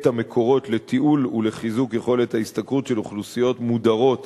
המקורות לתיעול ולחיזוק יכולת ההשתכרות של אוכלוסיות מודרות